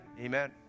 Amen